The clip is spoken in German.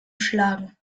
schlagen